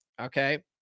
okay